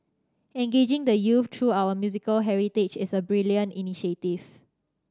engaging the youth through our musical heritage is a brilliant initiative